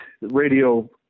radio